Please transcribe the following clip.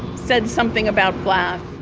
said something about black.